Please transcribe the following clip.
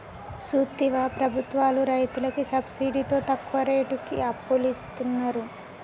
సూత్తివా ప్రభుత్వాలు రైతులకి సబ్సిడితో తక్కువ రేటుకి అప్పులిస్తున్నరు